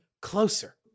closer